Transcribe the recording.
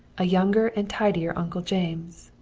a younger and tidier uncle james,